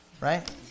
Right